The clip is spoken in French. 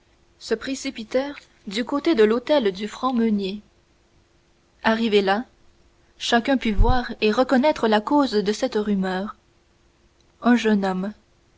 se précipitèrent du côté de l'hôtel du franc meunier arrivé là chacun put voir et reconnaître la cause de cette rumeur un jeune homme